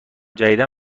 جدیدا